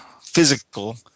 physical